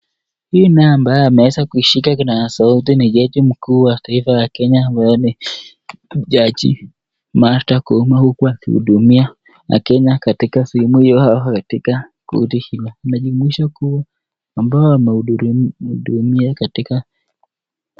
Hii nayo ambayo ameweza kuishika kinasa sauti ni jaji mkuu wa taifa la Kenya ambaye ni jaji, Martha Koome huku akihudumia wakenya katika sehemu hiyo au walio katika koti hiyo. Wanajumuisha kuwa ambao wamehudumia katika.